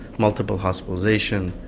multiple hospitalisation,